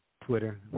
Twitter